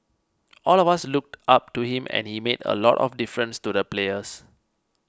all of us looked up to him and he made a lot of difference to the players